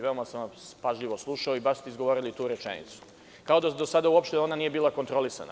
Veoma sam vas pažljivo slušao i baš ste izgovorili tu rečenicu, kao da do sada uopšte ona nije bila kontrolisana.